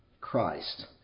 Christ